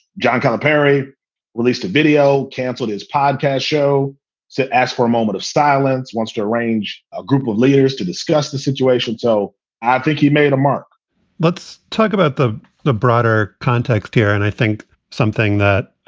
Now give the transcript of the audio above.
john calipari released a video, canceled his podcast show to ask for a moment of silence, wants to arrange a group of leaders to discuss the situation. so i think he made a mark let's talk about the the broader context here. and i think something that,